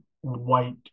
white